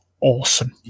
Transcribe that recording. awesome